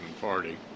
Party